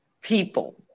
people